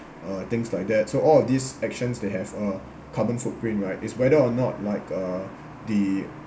uh things like that so all of these actions they have uh carbon footprint right is whether or not like uh the